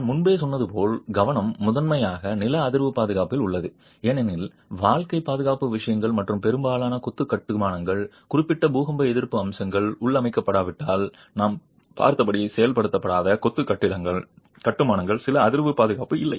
நான் முன்பே சொன்னது போல் கவனம் முதன்மையாக நில அதிர்வு பாதுகாப்பில் உள்ளது ஏனெனில் வாழ்க்கை பாதுகாப்பு விஷயங்கள் மற்றும் பெரும்பாலும் கொத்து கட்டுமானங்கள் குறிப்பிட்ட பூகம்ப எதிர்ப்பு அம்சங்கள் உள்ளமைக்கப்படாவிட்டால் நாம் பார்த்தபடி செயல்படுத்தப்படாத கொத்து கட்டுமானங்கள் நில அதிர்வு பாதுகாப்பு இல்லை